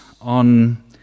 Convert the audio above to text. on